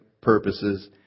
purposes